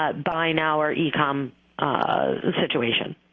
but buy-now or e-comm situation.